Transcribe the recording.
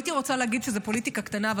הייתי רוצה להגיד שזה פוליטיקה קטנה,